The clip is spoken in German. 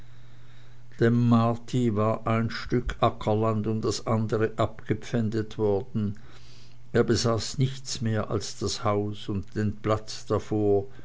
war ein stück ackerland um das andere abgepfändet worden er besaß nichts mehr als das haus und den platz davor